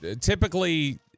Typically